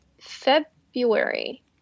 february